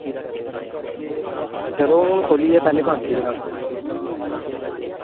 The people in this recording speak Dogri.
चलो हू'न खोल्ली ऐ पैह्ले बंद ही दुकान